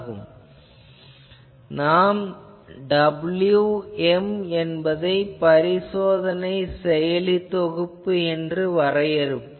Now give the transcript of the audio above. இப்போது நாம் wm என்பதை பரிசோதனை செயலித் தொகுப்பு என வரையறுப்போம்